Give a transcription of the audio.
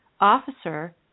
officer